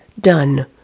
Done